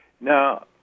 Now